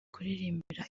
kuririmbira